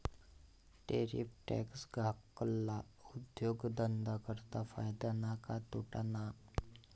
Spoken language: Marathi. टैरिफ टॅक्स धाकल्ला उद्योगधंदा करता फायदा ना का तोटाना?